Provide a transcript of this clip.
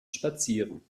spazieren